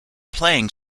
playing